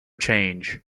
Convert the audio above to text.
change